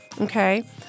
okay